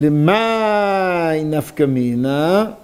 ומאי נפקא מינא?